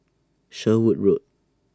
Sherwood Road